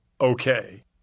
Okay